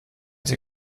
sie